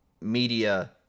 media